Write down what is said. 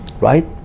right